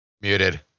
Muted